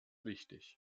wichtig